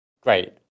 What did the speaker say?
great